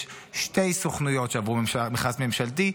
יש שתי סוכנויות שעברו מכרז ממשלתי.